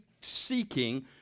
seeking